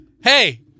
Hey